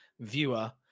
viewer